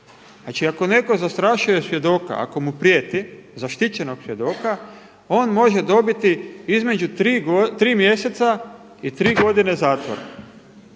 Znači ako neko zastrašuje svjedoka, ako mu prijeti, zaštićenog svjedoka, on može dobiti između tri mjeseca i tri godine zatvora.